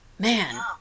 Man